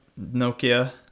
Nokia